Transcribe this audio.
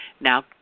Now